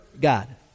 God